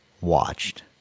watched